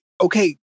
okay